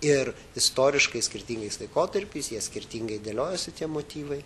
ir istoriškai skirtingais laikotarpiais jie skirtingai dėliojosi tie motyvai